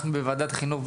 אנחנו בוועדת חינוך,